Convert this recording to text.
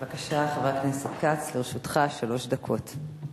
בבקשה, חבר הכנסת כץ, לרשותך שלוש דקות.